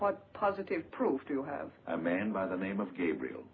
what positive proof to have a man by the name of gabriel